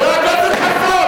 חבר הכנסת חסון.